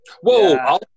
Whoa